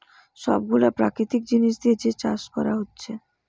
সব গুলা প্রাকৃতিক জিনিস দিয়ে যে চাষ কোরা হচ্ছে